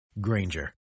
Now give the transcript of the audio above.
Granger